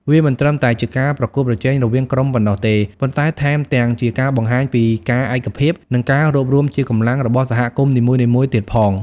វាមិនត្រឹមតែជាការប្រកួតប្រជែងរវាងក្រុមប៉ុណ្ណោះទេ ប៉ុន្តែថែមទាំងជាការបង្ហាញពីការឯកភាព និងការរួបរួមជាកម្លាំងរបស់សហគមន៍នីមួយៗទៀតផង។